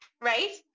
right